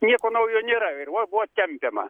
nieko naujo nėra ir va buvo tempiama